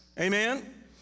amen